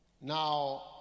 Now